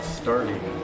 starting